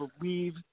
believe